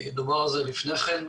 דובר על זה לפני כן.